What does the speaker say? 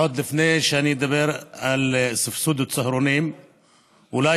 עוד לפני שאני אדבר על סבסוד צהרונים אולי